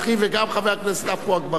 וגם חבר הכנסת עפו אגבאריה.